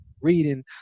reading